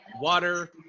water